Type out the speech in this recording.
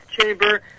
chamber